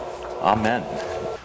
Amen